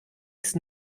ist